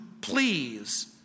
please